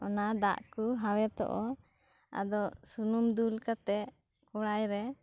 ᱚᱱᱟ ᱫᱟᱜ ᱠᱚ ᱦᱟᱣᱮᱫᱚᱜᱼᱟ ᱟᱫᱚ ᱥᱩᱱᱩᱢ ᱫᱩᱞ ᱠᱟᱛᱮ ᱠᱚᱲᱟᱭ ᱨᱮ